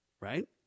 Right